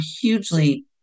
hugely